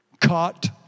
caught